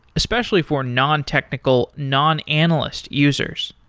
especially for nontechnical, nonanalyst users.